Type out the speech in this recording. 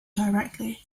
directly